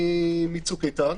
מצוק איתן,